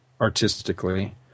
artistically